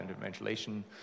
ventilation